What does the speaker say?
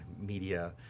media